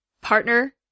Partner